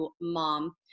mom